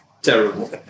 Terrible